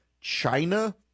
China